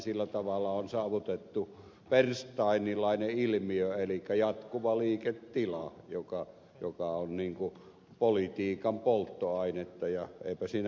sillä tavalla on saavutettu bernsteinilainen ilmiö elikkä jatkuva liiketila joka on politiikan polttoainetta ja eipä siinä mitään